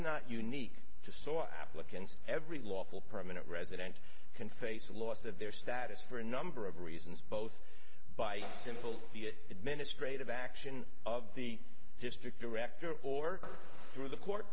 not unique to so applicants every lawful permanent resident can face a loss of their status for a number of reasons both by simple the administrative action of the district director or through the court